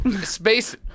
space